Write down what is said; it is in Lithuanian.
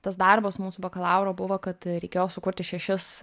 tas darbas mūsų bakalauro buvo kad reikėjo sukurti šešis